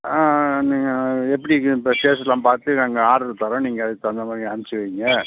நீங்கள் எப்படி இப்போ டேஸ்ட்லாம் பார்த்து நாங்கள் ஆட்ரு தரோம் நீங்கள் அதுக்கு தகுந்த மாதிரி அனுப்புச்சி வைங்க